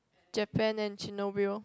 Japan and Chernobyl